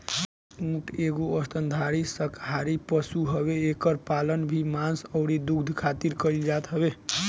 ऊँट एगो स्तनधारी शाकाहारी पशु हवे एकर पालन भी मांस अउरी दूध खारित कईल जात हवे